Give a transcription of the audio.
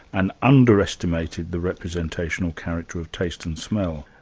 and underestimated the representational character of taste and smell?